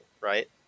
right